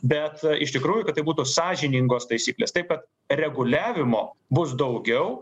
bet iš tikrųjų kad tai būtų sąžiningos taisyklės taip kad reguliavimo bus daugiau